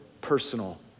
personal